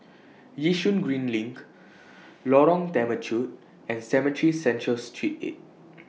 Yishun Green LINK Lorong Temechut and Cemetry Central Street eight